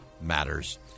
matters